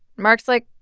mark's like,